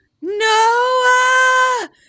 Noah